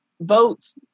votes